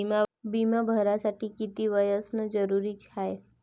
बिमा भरासाठी किती वय असनं जरुरीच हाय?